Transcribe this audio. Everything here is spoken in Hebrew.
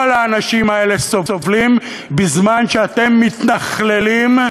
כל האנשים האלה סובלים בזמן שאתם מתנכללים,